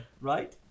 Right